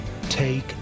take